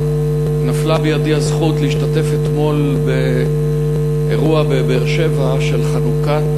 נפלה בידי הזכות להשתתף אתמול באירוע בבאר-שבע של חנוכת